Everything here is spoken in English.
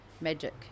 magic